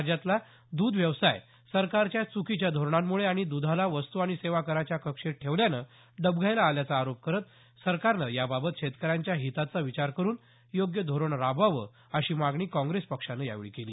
राज्यातला दुध व्यवसाय सरकारच्या चुकीच्या धोरणांमुळे आणि दुधाला वस्तू आणि सेवा कराच्या कक्षेत ठेवल्यामुळे डबघाईला आल्याचा आरोप करत सरकारनं याबाबत शेतकऱ्यांच्या हिताचा विचार करून योग्य धोरण राबवावं अशी मागणी काँग्रेस पक्षानं यावेळी केली